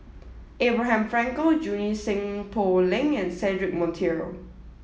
Abraham Frankel Junie Sng Poh Leng and Cedric Monteiro